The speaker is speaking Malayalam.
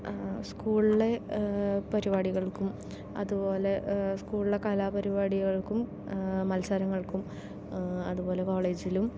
സ്കൂളിലെ പരിപാടികൾക്കും അതുപോലേ സ്കൂളിലെ കലാപരിപാടികൾക്കും മത്സരങ്ങൾക്കും അതുപോലെ കോളേജിലും